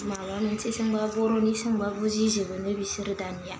माबा मोनसे सोंबा बर'नि सोंबा बुबिजोबोनो बिसिरो दानिया